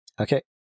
Okay